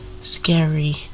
scary